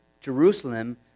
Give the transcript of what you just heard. Jerusalem